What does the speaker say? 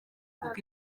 kuko